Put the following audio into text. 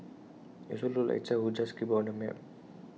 IT looks like A child just scribbled on the map